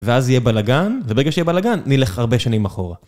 ואז יהיה בלאגן, וברגע שיהיה בלאגן, נלך הרבה שנים אחורה.